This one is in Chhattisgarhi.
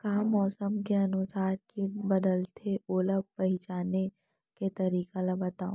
का मौसम के अनुसार किट बदलथे, ओला पहिचाने के तरीका ला बतावव?